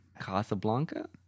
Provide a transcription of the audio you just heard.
Casablanca